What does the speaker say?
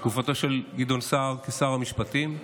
שעבד בתקופתו של גדעון סער כשר המשפטים.